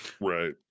Right